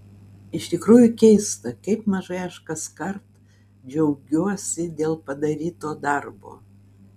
iš tikrųjų keista kaip mažai aš kaskart džiaugiuosi dėl padaryto darbo